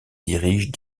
dirige